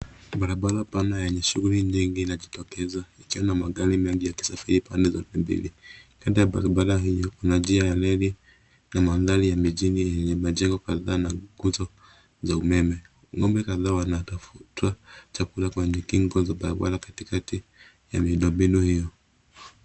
Ni barabara pana yenye shughuli nyingi inajitokeza, ikiwa na magari mengi yakisafiri pande zote mbili. Kati ya barabara hiyo, kuna njia ya reli na mandhari ya mijini yenye, majengo kadhaa na nguzo za umeme. Ng'ombe kadhaa wanatafuta chakula kwenye kingo za barabara, katikati ya miundo mbinu hiyo.